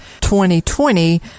2020